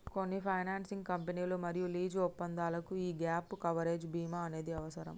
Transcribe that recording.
కొన్ని ఫైనాన్సింగ్ కంపెనీలు మరియు లీజు ఒప్పందాలకు యీ గ్యేప్ కవరేజ్ బీమా అనేది అవసరం